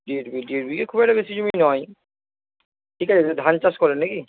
দেড় বিঘে দেড় বিঘে খুব একটা বেশি জমি নয় ঠিক আছে ধান চাষ করেন নাকি